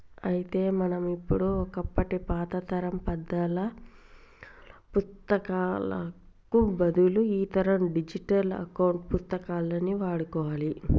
అయితే మనం ఇప్పుడు ఒకప్పటి పాతతరం పద్దాల పుత్తకాలకు బదులు ఈతరం డిజిటల్ అకౌంట్ పుస్తకాన్ని వాడుకోవాలి